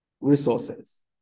resources